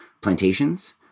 plantations